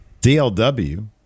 DLW